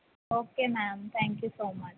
okay ma'am thank you so much